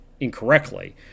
incorrectly